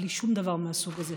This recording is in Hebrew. בלי שום דבר מהסוג הזה.